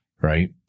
right